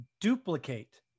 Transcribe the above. duplicate